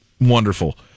Wonderful